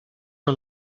nur